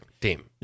team